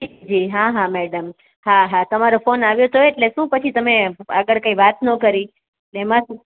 જી જી હા હા મેડમ હા હા તમારો ફોન આવ્યો હતો એટલે શું પછી તમે આગળ કઈ વાત ન કરી એમાં શું